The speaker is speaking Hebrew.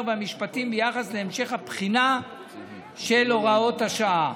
והמשפטים ביחס להמשך הבחינה של הוראות השעה.